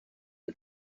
who